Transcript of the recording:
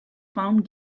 found